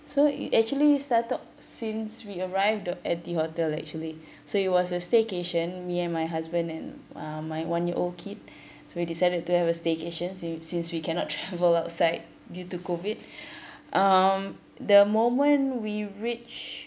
so it you actually started since we arrived the at the hotel actually so it was a staycation me and my husband and uh my one year old kid so we decided to have a staycation since we cannot travel outside due to COVID um the moment we reach